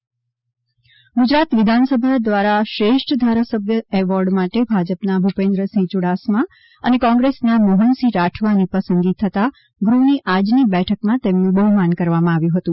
વિધાનસભા શ્રેષ્ઠ વિધાયક એવોર્ડ ગુજરાત વિધાનસભા દ્વારા શ્રેષ્ઠ ધારાસભ્ય એવોર્ડ માટે ભાજપના ભૂપેન્દ્રસિંહ યુડાસમા અને કોંગ્રેસના મોહનસિંહ રાઠવાની પસંદગી થતાં ગુહ્નની આજની બેઠકમાં તેમનું બહ્માન કરવામાં આવ્યું હતું